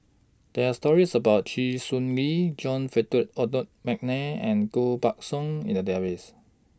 There Are stories about Chee Swee Lee John Feder Adol Mcnair and Koh Buck Song in The Database